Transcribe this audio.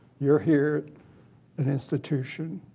you're here in institution.